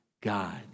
God